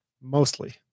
mostly